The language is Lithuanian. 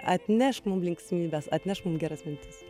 atnešk mum linksmybes atnešk mum geras mintis